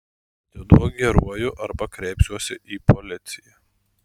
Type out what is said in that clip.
atiduok geruoju arba kreipsiuosi į policiją